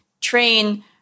train